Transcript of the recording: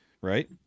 right